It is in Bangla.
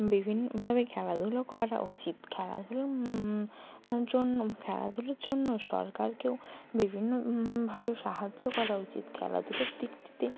বিভিন্নভাবে খেলাধূলা করা উচিত খেলাধূলার জন্য খেলাধুলোর জন্য সরকারকেও বিভিন্নভাবে সাহায্য করা উচিত খেলাধুলোর দিকটিতে